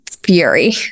fury